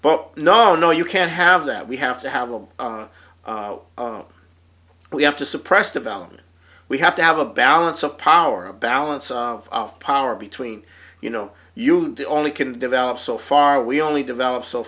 but no no you can't have that we have to have them we have to suppress development we have to have a balance of power a balance of power between you know you only can develop so far we only develop so